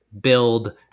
build